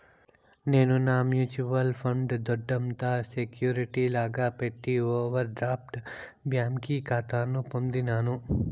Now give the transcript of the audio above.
నేను నా mutual funds దొడ్డంత సెక్యూరిటీ లాగా పెట్టి ఓవర్ డ్రాఫ్ట్ బ్యాంకి కాతా పొందినాను